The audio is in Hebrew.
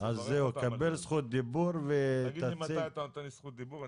אז זהו, קבל זכות דיבור ותציג.